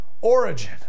origin